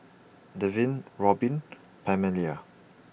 Devin Robin and Pamelia